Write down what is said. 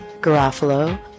Garofalo